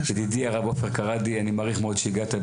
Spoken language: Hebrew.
ידידי הרב עופר כראדי, אני מעריך מאוד שהגעת.